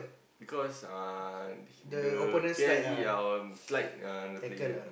because uh the P_S_G um slide uh the player